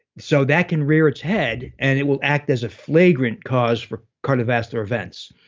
so that can rear its head, and it will act as a flagrant cause for cardiovascular events,